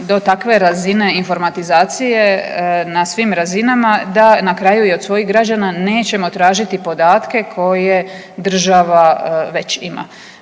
do takve razine informatizacije na svim razinama da na kraju i od svojih građana nećemo tražiti podatke koje država već ima.